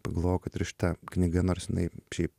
pagalvojau kad ir šita knyga nors jinai šiaip